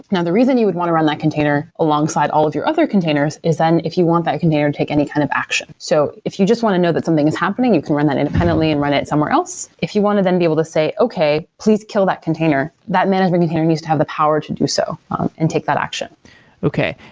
now the reason you would want to run that container alongside all of your other containers is then if you want that container and take any kind of action. so if you just want to know that something is happening, you can run that independently and run it somewhere else. if you want to then to be able to say, okay, please kill that container. that management container needs to have the power to do so and take that action okay.